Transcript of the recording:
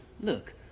Look